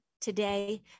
today